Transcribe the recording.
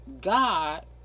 God